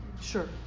Sure